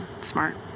Smart